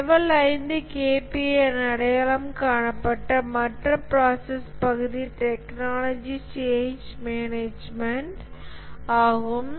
level 5 KPA என அடையாளம் காணப்பட்ட மற்ற ப்ராசஸ் பகுதி டெக்னாலஜி சேன்ஞ்ச் மேனேஜ்மென்ட் ஆகும்